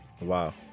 Wow